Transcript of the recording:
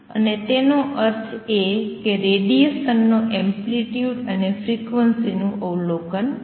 અને એનો અર્થ એ કે રેડીએશન નો એમ્પ્લિટ્યુડ અને ફ્રીક્વન્સી નું અવલોકન કર્યું